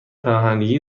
پناهندگی